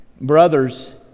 Brothers